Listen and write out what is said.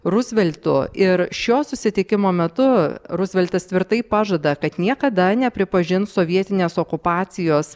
ruzveltu ir šio susitikimo metu ruzveltas tvirtai pažada kad niekada nepripažins sovietinės okupacijos